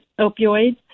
opioids